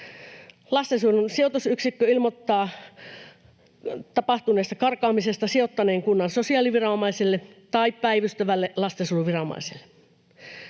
Lastensuojelun sijoitusyksikkö ilmoittaa tapahtuneesta karkaamisesta sijoittaneen kunnan sosiaaliviranomaiselle tai päivystävälle lastensuojeluviranomaiselle.